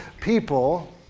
people